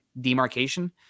demarcation